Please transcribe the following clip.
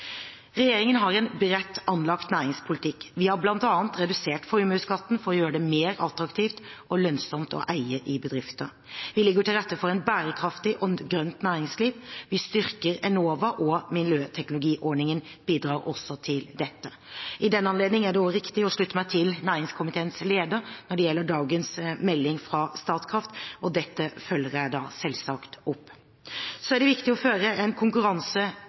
Regjeringen har en bredt anlagt næringspolitikk. Vi har bl.a. redusert formuesskatten for å gjøre det mer attraktivt og lønnsomt å eie i bedrifter. Vi legger til rette for et bærekraftig og grønt næringsliv. At vi styrker Enova og miljøteknologiordningen, bidrar også til dette. I den anledning er det også riktig å slutte meg til næringskomiteens leder når det gjelder dagens melding fra Statkraft, og dette følger jeg selvsagt opp. Det er viktig å føre en